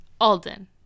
Alden